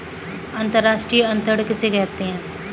अंतर्राष्ट्रीय अंतरण किसे कहते हैं?